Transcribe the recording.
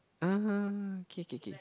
(uh huh) K K K